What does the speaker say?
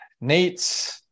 Nate